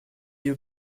you